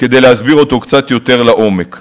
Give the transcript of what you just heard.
כדי להסביר אותו קצת יותר לעומק.